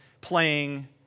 playing